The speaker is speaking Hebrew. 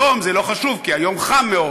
היום זה לא חשוב, כי היום חם מאוד,